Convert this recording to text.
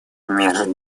мир